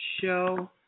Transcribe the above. Show